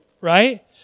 right